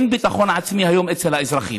אין ביטחון עצמי היום אצל האזרחים.